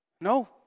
No